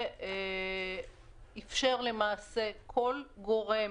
ואפשר כל גורם,